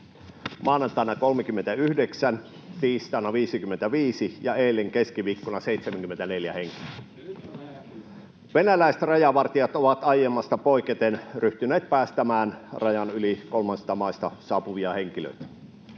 maanantaina 39, tiistaina 55 ja eilen keskiviikkona 74 henkeä. [Juho Eerola: No nyt on raja kiinni!] Venäläiset rajavartijat ovat aiemmasta poiketen ryhtyneet päästämään rajan yli kolmansista maista saapuvia henkilöitä.